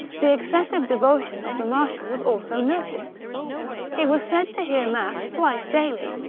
the excessive devotion of the marshal was also noticed he was said to hear mass thrice daily,